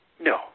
No